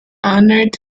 honoured